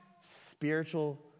spiritual